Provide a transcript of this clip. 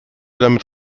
damit